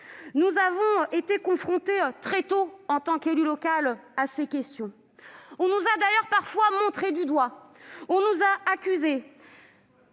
groupes, avons été confrontés très tôt, en tant qu'élus locaux, à ces questions. On nous a d'ailleurs parfois montrés du doigt, accusés,